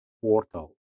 portal